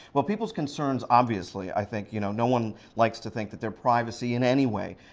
well people's concerns. obviously, i think, you know, no one likes to think that their privacy, in any way,